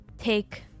Take